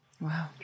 Wow